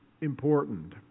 important